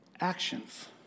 actions